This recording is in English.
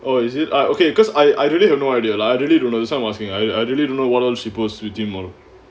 oh is it I okay because I I really got no idea like I really don't know that's why I'm asking I I really don't know what other she post with him all